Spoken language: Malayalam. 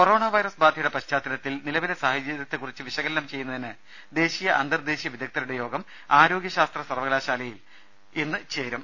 കൊറോണ വൈറസ് ബാധയുടെ പശ്ചാത്തലത്തിൽ നിലവിലെ സാഹചര്യത്തെക്കുറിച്ച് വിശകലനം ചെയ്യുന്നതിന് ദേശീയ അന്തർദേശിയ വിദഗ്ധരുടെ യോഗം ആരോഗൃശാസ്ത്ര സർവകലാശാലയിൽ ഇന്ന് ചേരും